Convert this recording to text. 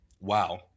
wow